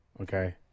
Okay